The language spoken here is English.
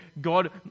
god